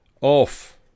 off